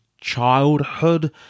childhood